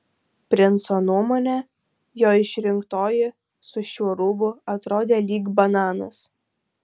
princo nuomone jo išrinktoji su šiuo rūbu atrodė lyg bananas